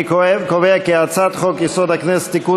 אני קובע כי הצעת חוק-יסוד: הכנסת (תיקון